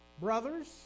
brothers